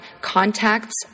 contacts